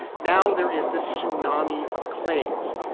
now there is this tsunami of claims.